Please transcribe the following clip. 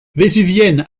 vésuvienne